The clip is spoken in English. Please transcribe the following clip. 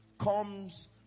comes